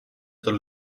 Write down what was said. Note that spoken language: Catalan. tot